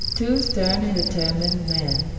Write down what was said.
two stern and determined men,